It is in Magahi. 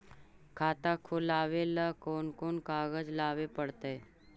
खाता खोलाबे ल कोन कोन कागज लाबे पड़तै?